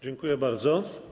Dziękuję bardzo.